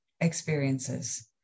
experiences